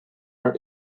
are